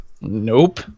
nope